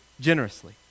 generously